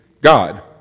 God